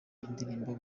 indirimbo